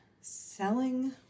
selling